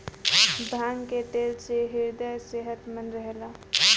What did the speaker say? भांग के तेल से ह्रदय सेहतमंद रहेला